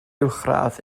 uwchradd